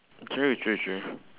true true true